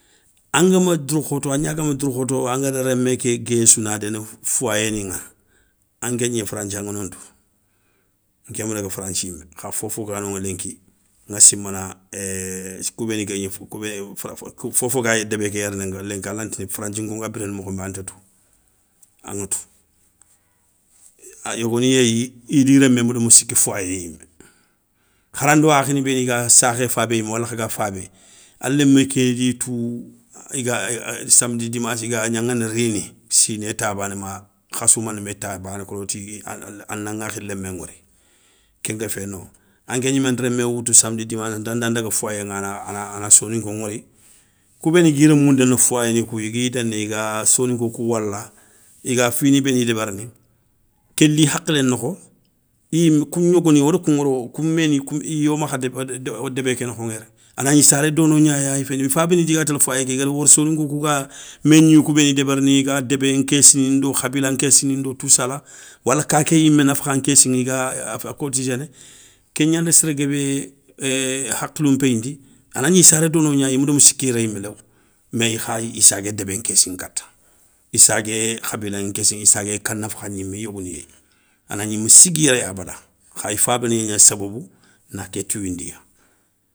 Angama dourkhoto agnagama dourkhoto angada rémé ké guéssou na déni foyer ni ŋa an ké gni franchi aŋa no ntou nké ma daga franchi yimé kha fofo ga noŋa lenki ŋa simana a kou béni guégni fou fofo gayi débé ké yéré lenki a lanta tini franthinko nga biréné mokho nbé a nteutou aŋeutou. Yogoni yéyi idi rémmé ma démou siki foyer yimé harando akhini béni ga sakhé fabé yimé wala khaga fabé a lémé kédi tou iga samedi dimansse i ga gnaŋana rini, siiné ta bané ma. khassou manémé ta baané koloti, a na ŋakhi lémé ŋori kenga fé, no anké gnimanta rémmé woutou samedi dimansse nanta nda ndaga foyer ŋa, ana soninko ŋori kou béni gui rémou ndéné foyer ni kou i gui déné i ga soninko kou wala i ga fini béni débérini, ké li hakhilé nokho i yimé kou gnogoni wa kou ŋori wo kou méni iyo, débé ké nokho ŋa yéré anagni i saré donognaya i féyé i fabani di ga télé foyer ké i gada wori soninko kou ga mé gniyou kou béni débérini i ga débé nkéssini ndo khabila nkéssini ndo, toussala, wala kaké yimé nafakha nkéssi i ga a cotiséné. Ké gnanda séré guébé é hakhilou npéyindi a nagni i saré dono gna i ma démou rini yéré yimé léw mé kha i sagué débé nkéssi nkata i sagué khabila nkessi i sagué ka nafakha gnimé i yogoni yéyi a nagni, imi sigui yéré abada kha i faba ni gna sobobou na ké touwindiya.